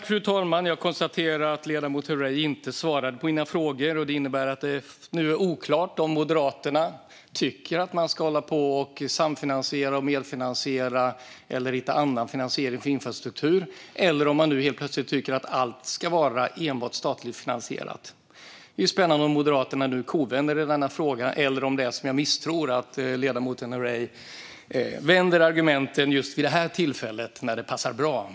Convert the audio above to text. Fru talman! Jag konstaterar att ledamoten Herrey inte svarade på mina frågor, och det innebär att det nu är oklart om Moderaterna tycker att man ska hålla på och samfinansiera, medfinansiera eller hitta annan finansiering för infrastruktur eller om man nu helt plötsligt tycker att allt ska vara enbart statligt finansierat. Det är spännande om Moderaterna nu kovänder i denna fråga. Eller så är det så, vilket jag misstänker, att ledamoten Herrey vänder på argumenten just vid det här tillfället, när det passar bra.